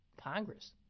Congress